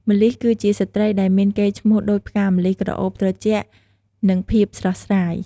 ម្លិះ គឺជាស្ត្រីដែលមានកេរ្តិ៍ឈ្មោះដូចផ្កាម្លិះ ក្រអូបត្រជាក់ និងភាពស្រស់ស្រាយ។